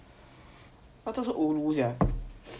batok so ulu sia it's like okay lah go siu san